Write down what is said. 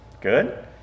Good